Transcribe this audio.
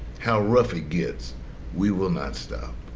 how rough it gets we will not stop.